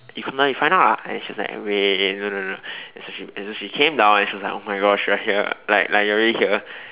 you come down you find out ah and then she was like wait no no no and so she and so she came down and like oh my Gosh you are here like like you are really here